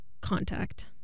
contact